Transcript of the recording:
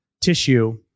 tissue